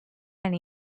and